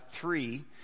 three